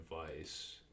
advice